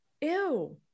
Ew